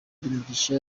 mugisha